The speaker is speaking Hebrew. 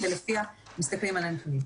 אנחנו מתכנסים כאן שוב לדיון בתקנות,